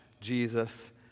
Jesus